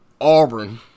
Auburn